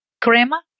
crema